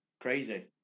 Crazy